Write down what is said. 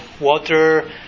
water